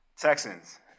Texans